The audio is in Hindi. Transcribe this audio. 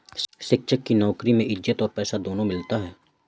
शिक्षक की नौकरी में इज्जत और पैसा दोनों मिलता है